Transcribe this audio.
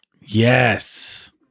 Yes